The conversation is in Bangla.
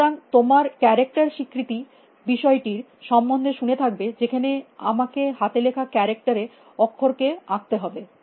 সুতরাং তোমরা ক্যারেক্টার স্বীকৃতি এর বিষয়টি র সম্বন্ধে শুনে থাকবে যেখানে আমাকে হাতে লেখা ক্যারেক্টার এ অক্ষর কে আঁকতে হবে